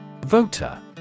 Voter